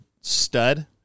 stud